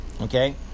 Okay